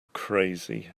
crazy